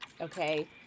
okay